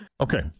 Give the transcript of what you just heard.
Okay